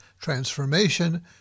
transformation